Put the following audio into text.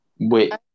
Wait